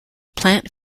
plant